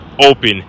Open